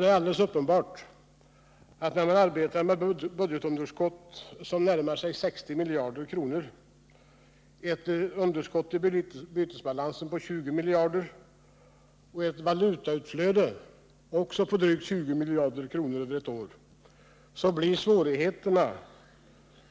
Det är alldeles uppenbart att när man arbetar med ett budgetunderskott som närmar sig 60 miljarder, med ett underskott i bytesbalansen på 20 miljarder och ett valutautflöde på drygt 20 miljarder på ett år, så blir svårigheterna